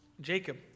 Jacob